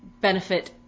benefit